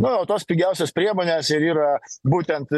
na o tos pigiausios priemonės ir yra būtent